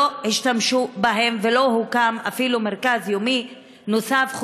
לא השתמשו בהם ולא הוקם אפילו מרכז יומי נוסף,